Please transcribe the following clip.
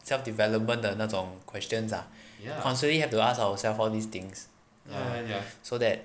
self development 的那种 questions ah constantly have to ask ourselves all these things ah so that